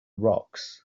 rocks